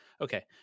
okay